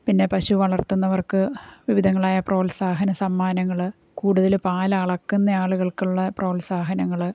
പിന്നെ പശു വളർത്തുന്നവർക്ക് വിവിധങ്ങളായ പ്രോത്സാഹന സമ്മാനങ്ങൾ കൂടുതൽ പാൽ അളക്കുന്ന ആളുകൾക്കുള്ള പ്രോത്സാഹനങ്ങൾ